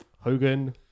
Hogan